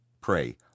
Pray